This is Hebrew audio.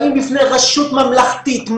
באים בפני רשות ממלכתית,